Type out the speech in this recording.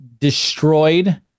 destroyed